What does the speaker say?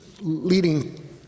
leading